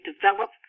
develop